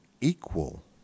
equal